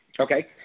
Okay